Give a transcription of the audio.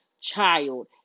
child